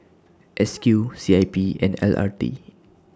S Q C I P and L R T